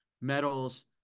metals